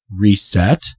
reset